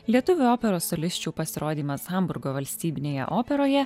lietuvių operos solisčių pasirodymas hamburgo valstybinėje operoje